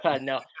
No